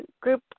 group